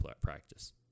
practice